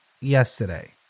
yesterday